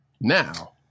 Now